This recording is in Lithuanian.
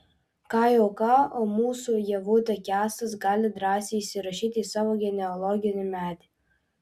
ką jau ką o mūsų ievutę kęstas gali drąsiai įsirašyti į savo genealoginį medį